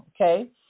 Okay